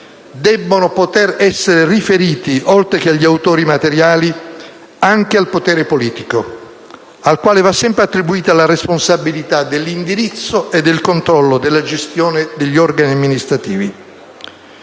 debbono poter essere riferiti, oltre che agli autori materiali, anche al potere politico, al quale va sempre attribuita la responsabilità dell'indirizzo e del controllo della gestione degli organi amministrativi.